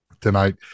tonight